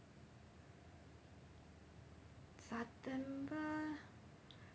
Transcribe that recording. september